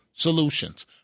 Solutions